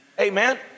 Amen